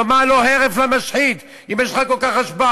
תאמר לו הרף למשחית, אם יש לך כל כך השפעה.